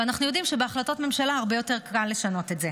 ואנחנו יודעים שבהחלטות ממשלה הרבה יותר קל לשנות את זה.